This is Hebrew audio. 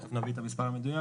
תכף נביא את המספר המדויק